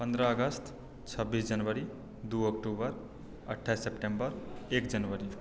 पन्द्रह अगस्त छब्बीस जनवरी दू अक्टूबर अट्ठाइस सेप्टेम्बर एक जनवरी